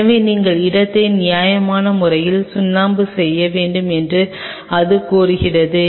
எனவே நீங்கள் இடத்தை நியாயமான முறையில் சுண்ணாம்பு செய்ய வேண்டும் என்று அது கோருகிறது